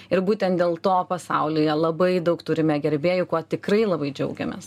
ir būtent dėl to pasaulyje labai daug turime gerbėjų kuo tikrai labai džiaugiamės